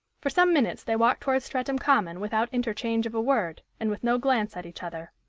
for some minutes they walked towards streatham common without interchange of a word, and with no glance at each other.